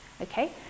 okay